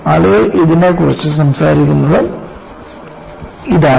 ആളുകൾ ഇതിനെക്കുറിച്ച് സംസാരിക്കുന്നത് ഇതാണ്